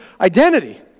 identity